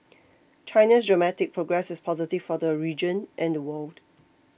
China's dramatic progress is positive for the region and the world